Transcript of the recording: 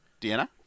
Deanna